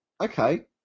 okay